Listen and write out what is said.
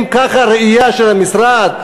אם זו הראייה של המשרד,